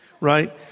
Right